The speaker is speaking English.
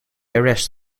arrest